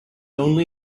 only